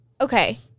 okay